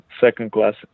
second-class